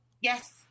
Yes